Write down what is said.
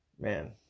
man